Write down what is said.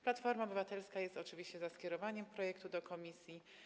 Platforma Obywatelska jest oczywiście za skierowaniem projektu do komisji.